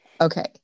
Okay